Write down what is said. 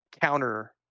counter –